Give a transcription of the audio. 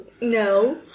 No